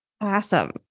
awesome